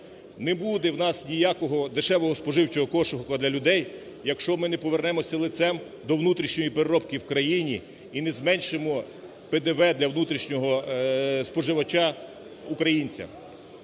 Не буде в нас ніякого дешевого споживчого кошика для людей, якщо ми не повернемося лицем до внутрішньої переробки в країні і не зменшимо ПДВ для внутрішнього споживача українця.